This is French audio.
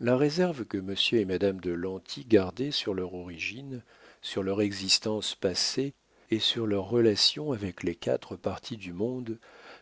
la réserve que monsieur et madame de lanty gardaient sur leur origine sur leur existence passée et sur leurs relations avec les quatre parties du monde